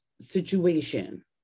situation